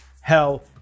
hell